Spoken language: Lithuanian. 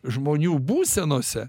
žmonių būsenose